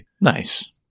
Nice